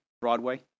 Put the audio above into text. Broadway